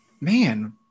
man